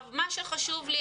מה שחשוב לי,